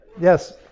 Yes